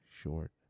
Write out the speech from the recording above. short